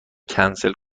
کنسل